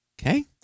okay